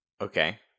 okay